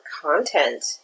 content